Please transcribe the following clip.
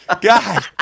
God